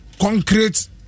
concrete